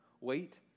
wait